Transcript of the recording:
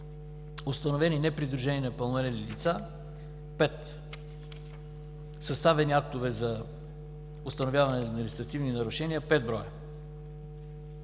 установени непридружени непълнолетни деца – 5, съставени актове за установяване на административно нарушение – 5.